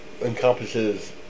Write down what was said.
encompasses